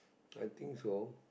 I think so